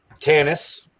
Tannis